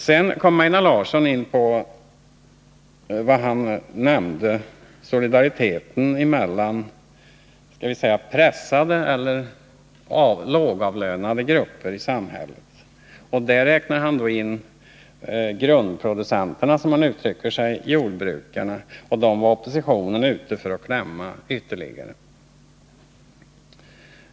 Sedan kom Einar Larsson in på vad han kallade solidariteten mellan pressade eller lågavlönade grupper i samhället. Där räknar han in — som han uttryckte sig — grundproducenterna, jordbrukarna. Dessa var, enligt Einar Larsson, oppositionen ute efter att ytterligare klämma åt.